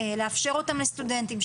לאפשר אותן לסטודנטים,